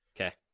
Okay